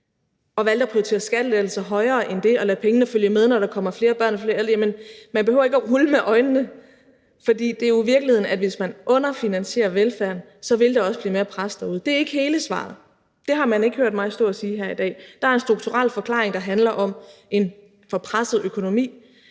og valgte at prioritere skattelettelser højere end det at lade pengene følge med, når der kommer flere børn og flere ældre. Jamen man behøver ikke at rulle med øjnene, for det er jo i virkeligheden sådan, at hvis man underfinansierer velfærden, vil der også blive mere pres derude. Det er ikke hele svaret, og det har man ikke hørt mig stå at sige her i dag. Der er en strukturel forklaring, der handler om en for presset økonomi.